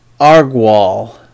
Argwal